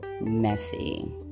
messy